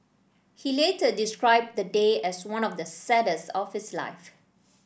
he later described the day as one of the saddest of his life